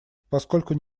поскольку